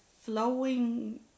flowing